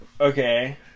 Okay